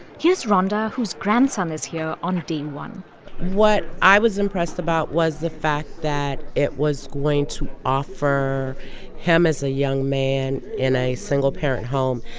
here's rhonda, whose grandson is here on day one point what i was impressed about was the fact that it was going to offer him, as a young man in a single-parent home,